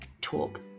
talk